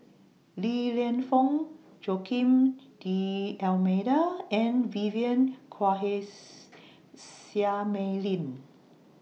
Li Lienfung Joaquim D'almeida and Vivien Quahe's Seah Mei Lin